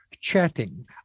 chatting